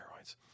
steroids